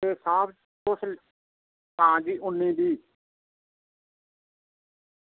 आं तुस आं जी उन्नी बीह्